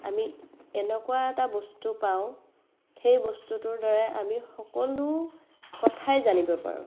আমি এনেকুৱা এটা বস্তু পাওঁ সেই বস্তুটোৰ দ্বাৰাই আমি সকলো কথাই জানিব পাৰোঁ